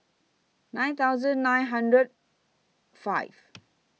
nine thousand nine hundred five